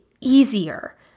easier